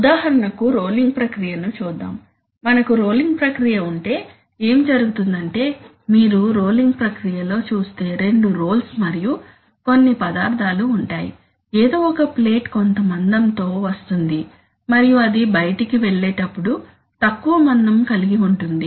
ఉదాహరణకు రోలింగ్ ప్రక్రియ ను చూద్దాం మనకు రోలింగ్ ప్రక్రియ ఉంటే ఏమి జరుగుతుందంటే మీరు రోలింగ్ ప్రక్రియలో చూస్తే రెండు రోల్స్ మరియు కొన్ని పదార్థాలు ఉంటాయి ఏదోఒక ప్లేట్ కొంత మందంతో వస్తుంది మరియు అది బయటికి వెళ్ళేటప్పుడు తక్కువ మందం కలిగి ఉంటుంది